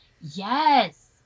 Yes